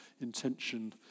intention